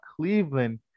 cleveland